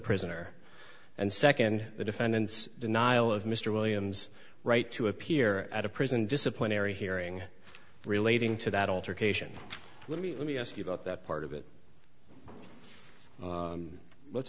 prisoner and second the defendant's denial of mr williams right to appear at a prison disciplinary hearing relating to that altar creation let me let me ask you about that part of it let's